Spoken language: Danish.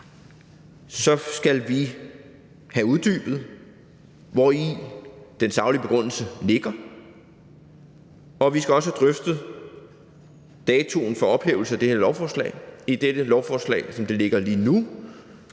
skal have uddybet, hvori den saglige begrundelse ligger, og vi skal også have drøftet datoen for ophævelse af den her lov. I lovforslaget, som det ligger lige nu,